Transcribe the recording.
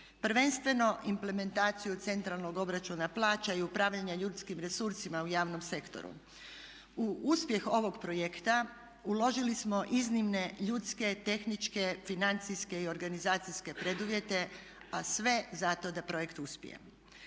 Prvenstveno implementaciju centralnog obračuna plaća i upravljanja ljudskim resursima u javnom sektoru. U uspjeh ovog projekta uložili smo iznimne ljudske, tehničke, financijske i organizacijske preduvjete, a sve zato da projekt uspije.